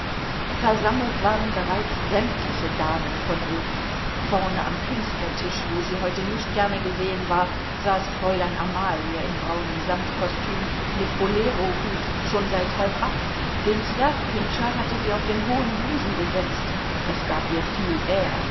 versammelt waren bereits sämtliche damen von ruf vorne am künstlertisch wo sie heute nicht gerne gesehen war saß fräulein amalie in braunem samtkostüm mit bolerohut schon seit halb acht den zwergpintscher hatte sie auf den hohen busen gesetzt das gab ihr viel